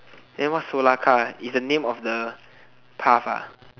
then what solar car is the name of the path ah